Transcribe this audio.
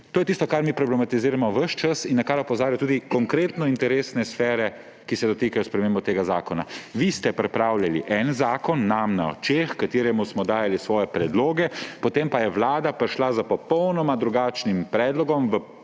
to je tisto, kar mi problematiziramo ves čas in na kar opozarjajo tudi konkretno interesne sfere, ki se dotikajo sprememb tega zakona. Vi ste pripravljali en zakon nam na očeh, h kateremu smo dajali svoje predloge, potem pa je Vlada vložila popolnoma drugačen predlog v